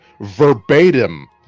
verbatim